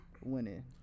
winning